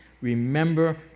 Remember